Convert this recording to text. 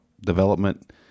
development